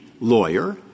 lawyer